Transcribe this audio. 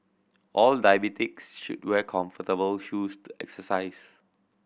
all diabetics should wear comfortable shoes to exercise